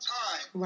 time